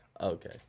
Okay